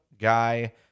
guy